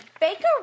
Baker